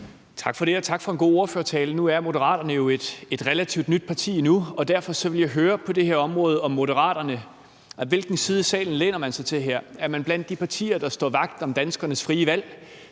Tak for det, og tak for en god ordførertale. Nu er Moderaterne jo et relativt nyt parti endnu, og derfor vil jeg høre, hvilken side af salen Moderaterne læner sig mod på det her område. Er man blandt de partier, der står vagt om danskernes frie valg